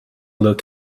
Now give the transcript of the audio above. look